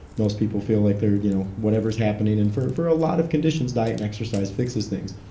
most people feel like they're, you know whatever's happening and for for a lot of conditions diet and exercise fixes things.